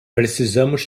precisamos